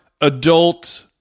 adult